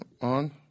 on